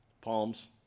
Palms